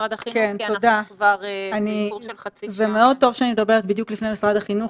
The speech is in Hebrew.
ממשרד החינוך ולכן אני אשמח באמת לשמוע תשובות ממשרד החינוך,